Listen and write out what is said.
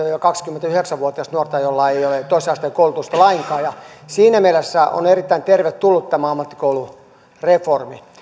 viiva kaksikymmentäyhdeksän vuotiasta nuorta joilla ei ole toisen asteen koulutusta lainkaan ja siinä mielessä on erittäin tervetullut tämä ammattikoulureformi